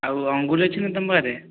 ଆଉ ଅଙ୍ଗୁର ଅଛିନା ତୁମ ପାଖରେ